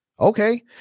Okay